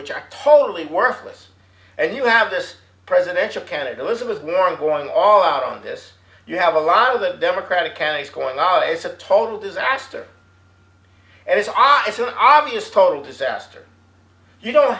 which are totally worthless and you have this presidential candidate with more on going all out on this you have a lot of the democratic candidates going out it's a total disaster and it's obviously an obvious total disaster you don't